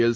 L